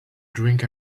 drink